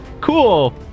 Cool